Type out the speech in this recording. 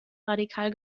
radikal